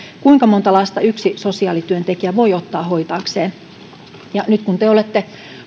kuinka monta lasta yksi sosiaalityöntekijä voi ottaa hoitaakseen nyt kun te te olette